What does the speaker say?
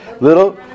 Little